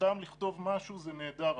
סתם לכתוב משהו זה נהדר,